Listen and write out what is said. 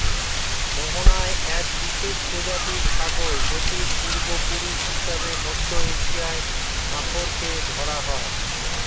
mohair এক বিশেষ প্রজাতির ছাগল যেটির পূর্বপুরুষ হিসেবে মধ্য এশিয়ার মাখরকে ধরা হয়